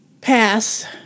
pass